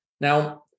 Now